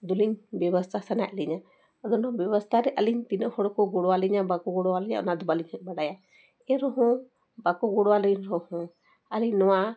ᱫᱚᱞᱤᱧ ᱵᱮᱵᱚᱥᱛᱷᱟ ᱥᱟᱱᱟᱭᱮᱫ ᱞᱤᱧᱟᱹ ᱟᱫᱚ ᱱᱚᱣᱟ ᱵᱮᱵᱚᱥᱛᱷᱟ ᱨᱮ ᱟᱹᱞᱤᱧ ᱛᱤᱱᱟᱹᱜ ᱦᱚᱲ ᱠᱚ ᱜᱚᱲᱚᱣᱟᱞᱤᱧᱟᱹ ᱵᱟᱠᱚ ᱜᱚᱲᱚᱣᱟᱞᱤᱧᱟᱹ ᱚᱱᱟ ᱫᱚ ᱵᱟᱹᱞᱤᱧ ᱵᱟᱰᱟᱭᱟ ᱮᱱ ᱨᱮᱦᱚᱸ ᱵᱟᱠᱚ ᱜᱚᱲᱚᱣᱟᱹᱞᱤᱧ ᱨᱮᱦᱚᱸ ᱟᱹᱞᱤᱧ ᱱᱚᱣᱟ